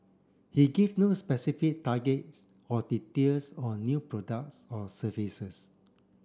he give no specific targets or details on new products or services